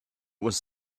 was